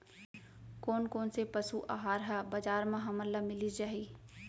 कोन कोन से पसु आहार ह बजार म हमन ल मिलिस जाही?